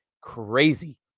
crazy